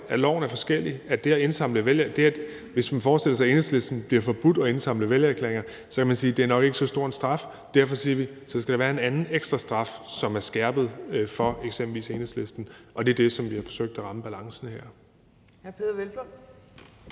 netop rammer forskelligt. Hvis man forestiller sig, at Enhedslisten får forbud mod at indsamle vælgererklæringer, så kan man sige, at det nok ikke er så stor en straf, og derfor siger vi, at der derfor skal være en ekstra straf, som er skærpet for eksempelvis Enhedslisten, og det er den balance, som vi har forsøgt at ramme her.